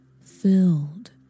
filled